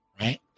right